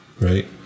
right